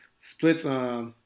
splits